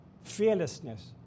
fearlessness